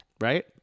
Right